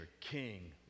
King